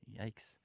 Yikes